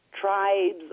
tribes